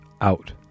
out